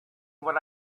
what